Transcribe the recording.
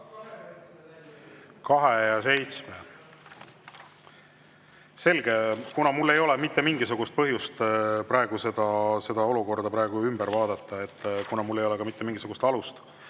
2 ja 7? Selge. Kuna mul ei ole mitte mingisugust põhjust praegu seda olukorda ümber vaadata ja kuna mul ei ole ka mitte mingisugust alust